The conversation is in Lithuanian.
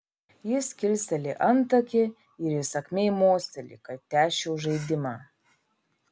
jis kilsteli antakį ir įsakmiai mosteli kad tęsčiau žaidimą